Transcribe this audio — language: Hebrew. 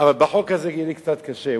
אבל בחוק הזה יהיה לי קצת קשה.